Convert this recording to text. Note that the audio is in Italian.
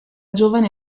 giovane